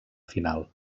final